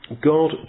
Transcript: God